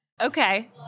Okay